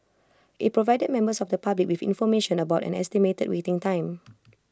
IT provided members of the public with information about an estimated waiting time